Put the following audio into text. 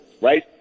right